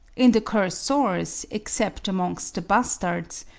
in the cursores, except amongst the bustards,